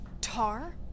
Tar